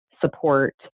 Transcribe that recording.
support